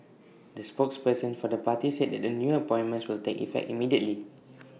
the spokesperson for the party said that the new appointments will take effect immediately